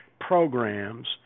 programs